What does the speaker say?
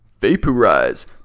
Vaporize